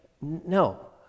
no